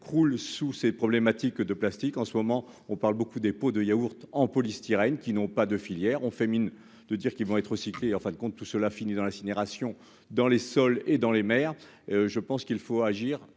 croule sous ces problématiques de plastique en ce moment, on parle beaucoup des pots de yaourt en polystyrène qui n'ont pas de filière, on fait mine de dire qu'ils vont être recyclés en fin de compte, tout cela finit dans l'incinération dans les sols et dans les mers, je pense qu'il faut agir